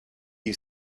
you